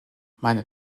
meine